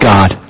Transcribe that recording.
God